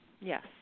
yes